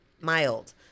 mild